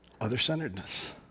Other-centeredness